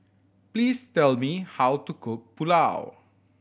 please tell me how to cook Pulao